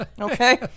Okay